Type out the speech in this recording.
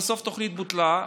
ובסוף התוכנית בוטלה,